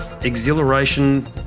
exhilaration